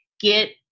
get